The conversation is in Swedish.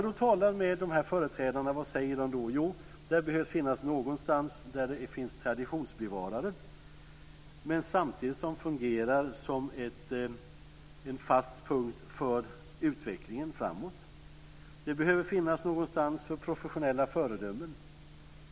Vad säger då de här företrädarna när man talar med dem? Jo, det behöver finnas ett ställe där det finns traditionsbevarare men som samtidigt fungerar som en fast punkt för utvecklingen framåt. Det behöver någonstans finnas ett ställe för professionella föredömen.